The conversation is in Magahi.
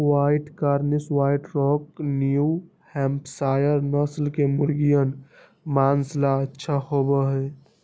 white Cornish, white rock, New Hampshire नस्ल के मुर्गियन माँस ला अच्छा होबा हई